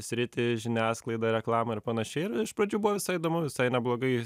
sritį žiniasklaidą reklamą ir panašiai ir iš pradžių buvo visai įdomu visai neblogai